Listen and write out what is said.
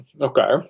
Okay